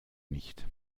nicht